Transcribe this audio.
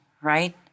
right